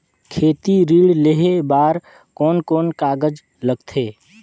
खेती ऋण लेहे बार कोन कोन कागज लगथे?